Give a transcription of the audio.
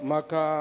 Maka